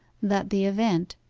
that the event,